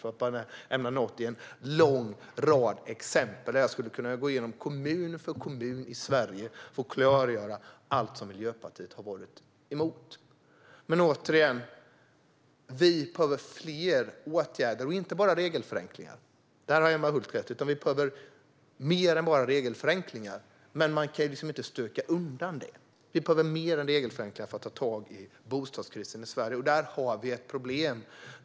Detta är ett i en lång rad exempel. Jag skulle kunna gå igenom kommun för kommun i Sverige för att visa på allt som Miljöpartiet har varit emot. Men låt mig återigen säga att vi behöver fler åtgärder. Det gäller inte bara regelförenklingar. Där har Emma Hult rätt. Vi behöver alltså mer än bara regelförenklingar, men man kan inte stöka undan det. Vi behöver mer än detta för att ta tag i bostadskrisen i Sverige, och då har vi ett problem.